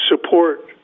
support